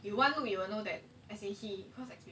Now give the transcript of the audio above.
you one look you will know that as in he